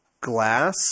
glass